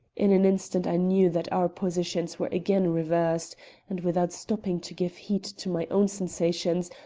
in an instant i knew that our positions were again reversed and, without stopping to give heed to my own sensations,